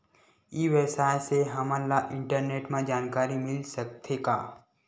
ई व्यवसाय से हमन ला इंटरनेट मा जानकारी मिल सकथे का?